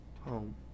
home